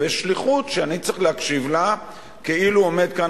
ושליחות שאני צריך להקשיב לה כאילו עומד כאן